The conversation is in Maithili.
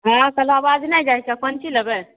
हँ कहलहुँ आबाज नहि जाइ छै कोन चीज लेबै